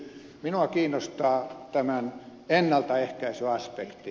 minua kiinnostaa tämän ennaltaehkäisyaspekti